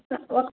உக்